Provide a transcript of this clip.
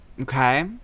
Okay